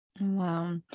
Wow